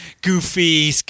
goofy